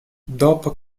dopo